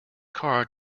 car